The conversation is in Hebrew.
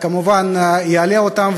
כמובן יעלה אותן,